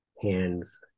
hands